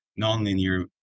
nonlinear